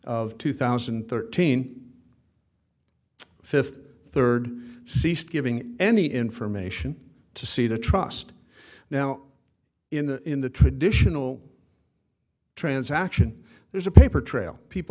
of two thousand and thirteen fifty third ceased giving any information to see the trust now in the traditional transaction there's a paper trail people